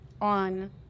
on